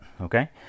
Okay